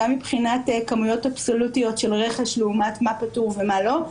גם מבחינת כמויות אבסולוטיות של רכש לעומת מה כתוב ומה לא,